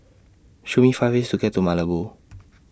Show Me five ways to get to Malabo